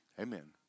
Amen